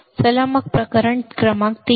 चला मग प्रकरण क्रमांक 3